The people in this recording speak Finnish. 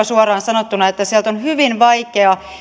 suoraan sanottuna semmoinen sekametelisoppa että sieltä on hyvin vaikea